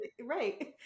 Right